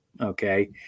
Okay